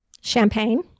Champagne